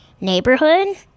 neighborhood